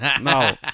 no